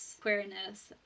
queerness